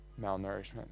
malnourishment